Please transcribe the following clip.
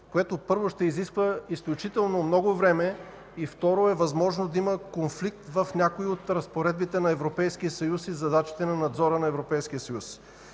което, първо, ще изисква изключително много време и, второ, е възможно да има конфликт в някои от разпоредбите на Европейския съюз и задачите на надзора на Европейския съюз.